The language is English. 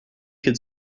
could